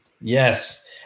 yes